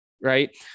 right